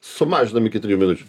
sumažinam iki trijų minučių